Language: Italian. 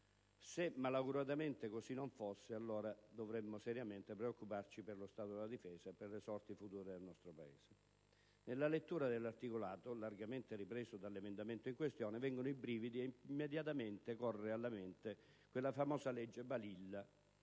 Se malauguratamente così non fosse, allora, dovremmo seriamente preoccuparci per lo stato della difesa e per le sorti future del nostro Paese. Leggendo l'articolato, largamente ripreso dall'emendamento in questione, vengono i brividi e immediatamente torna alla mente quella famosa legge Balilla